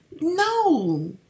No